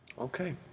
Okay